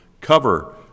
cover